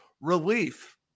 relief